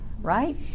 Right